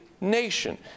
nation